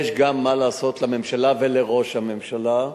יש גם מה לעשות, לממשלה ולראש הממשלה,